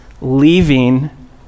leaving